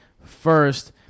first